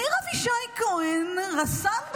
ניר אבישי כהן, רס"ן במיל',